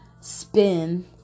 spin